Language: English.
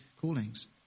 callings